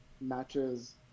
matches